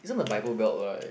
isn't the Bible Belt like